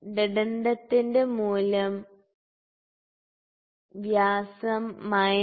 ഡെഡെൻഡത്തിന്റെ മൂല്യം വ്യാസം minus pitch circle വ്യാസം